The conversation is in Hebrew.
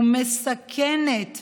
ומסכנת,